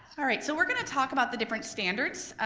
all right so we're gonna talk about the different standards,